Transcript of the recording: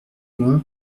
moi